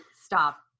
stop